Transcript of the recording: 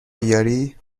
بیاری